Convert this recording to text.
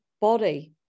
body